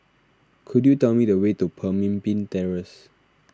could you tell me the way to Pemimpin Terrace